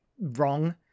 wrong